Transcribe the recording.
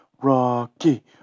Rocky